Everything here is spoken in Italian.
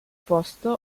posto